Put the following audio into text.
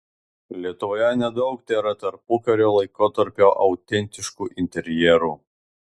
lietuvoje nedaug tėra tarpukario laikotarpio autentiškų interjerų